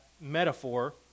metaphor